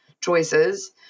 choices